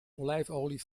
olijfolie